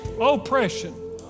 oppression